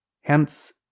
hence